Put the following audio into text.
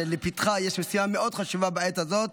שלפתחה יש משימה מאוד חשובה בעת הזאת.